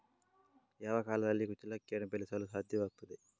ಯಾವ ಕಾಲದಲ್ಲಿ ಕುಚ್ಚಲಕ್ಕಿಯನ್ನು ಬೆಳೆಸಲು ಸಾಧ್ಯವಾಗ್ತದೆ?